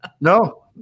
No